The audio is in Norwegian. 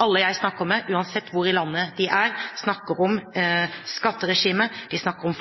Alle jeg snakker med, uansett hvor i landet de er, snakker om skatteregime, de snakker om